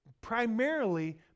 primarily